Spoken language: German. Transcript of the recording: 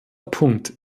punkt